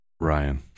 Ryan